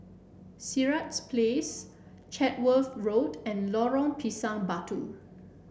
Sirat Place Chatsworth Road and Lorong Pisang Batu